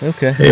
Okay